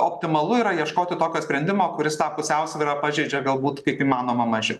optimalu yra ieškoti tokio sprendimo kuris tą pusiausvyrą pažeidžia galbūt kaip įmanoma mažiau